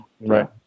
Right